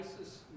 ISIS